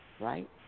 right